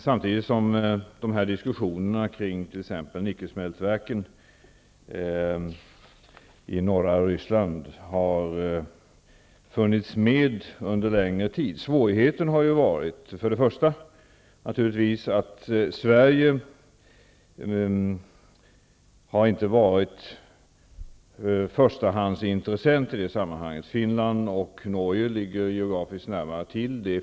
Samtidigt har diskussionerna kring t.ex. nickelsmältverken i norra Ryssland funnits med under längre tid. Svårigheten har bl.a. varit att Sverige inte har varit förstahandsintressent i det sammanhanget. Finland och Norge ligger geografiskt närmare till.